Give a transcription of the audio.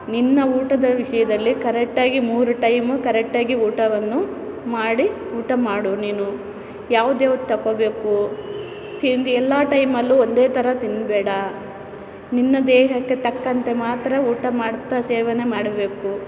ನಿನ್ನ ಊಟದ ವಿಷಯದಲ್ಲಿ ಕರೆಕ್ಟಾಗಿ ಮೂರು ಟೈಮು ಕರೆಕ್ಟಾಗಿ ಊಟವನ್ನು ಮಾಡಿ ಊಟ ಮಾಡು ನೀನು ಯಾವ್ದು ಯಾವ್ದು ತಗೊಳ್ಬೇಕು ತಿಂದು ಎಲ್ಲ ಟೈಮಲ್ಲೂ ಒಂದೇ ಥರ ತಿನ್ನಬೇಡ ನಿನ್ನ ದೇಹಕ್ಕೆ ತಕ್ಕಂತೆ ಮಾತ್ರ ಊಟ ಮಾಡ್ತಾ ಸೇವನೆ ಮಾಡಬೇಕು